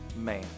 man